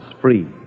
Free